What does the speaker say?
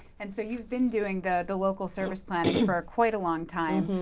and, so you've been doing the the local service planning for quite a long time.